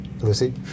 Lucy